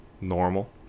normal